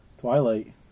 Twilight